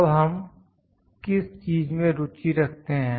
अब हम किस चीज में रुचि रखते हैं